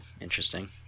interesting